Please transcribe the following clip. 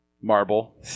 Marble